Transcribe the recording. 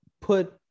put